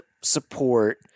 support